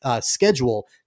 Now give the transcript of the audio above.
schedule